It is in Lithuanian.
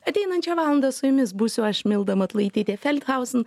ateinančią valandą su jumis būsiu aš milda matulaitytė feldhausen